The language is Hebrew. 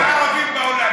אין ערבים בעולם,